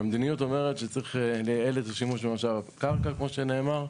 והמדיניות אומרת שצריך לייעל את השימוש במשאב קרקע כמו שנאמר,